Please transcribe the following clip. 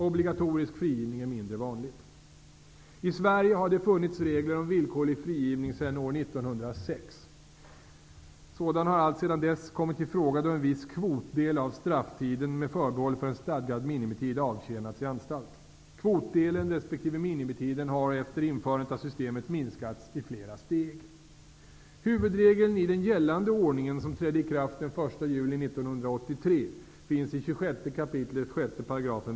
Obligatorisk frigivning är mindre vanligt. I Sverige har det funnits regler om villkorlig frigivning sedan år 1906. Sådan har alltsedan dess kommit i fråga då en viss kvotdel av strafftiden, med förbehåll för en stadgad minimitid, avtjänats i anstalt. Kvotdelen resp. minimitiden har efter införandet av systemet minskats i flera steg.